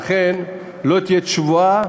לכן לא תהיה תשובה,